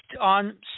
on